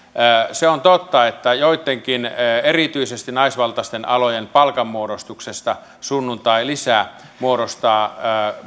se on totta että joittenkin erityisesti naisvaltaisten alojen palkanmuodostuksesta sunnuntailisä muodostaa